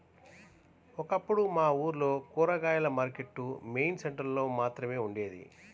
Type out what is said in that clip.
ఒకప్పుడు మా ఊర్లో కూరగాయల మార్కెట్టు మెయిన్ సెంటర్ లో మాత్రమే ఉండేది